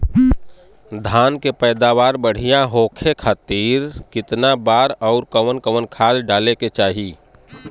धान के पैदावार बढ़िया होखे खाती कितना बार अउर कवन कवन खाद डाले के चाही?